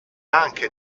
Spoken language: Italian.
anche